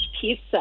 pizza